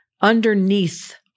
underneath